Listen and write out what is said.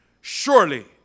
Surely